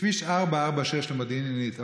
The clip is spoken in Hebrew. בכביש 446 למודיעין עילית,